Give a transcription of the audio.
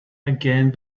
again